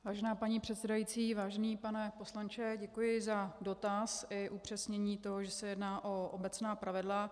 Vážená paní předsedající, vážený pane poslanče, děkuji za dotaz i upřesnění toho, že se jedná o obecná pravidla.